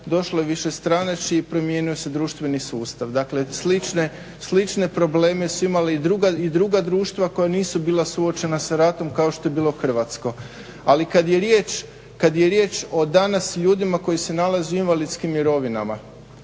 došlo je višestranačje i promijenio se društveni sustav. Dakle slične probleme su imali i druga društva koja nisu bila suočena sa ratom kao što je to bila Hrvatska. Ali kada je riječ o danas i ljudima koji se nalaze u invalidskim mirovinama,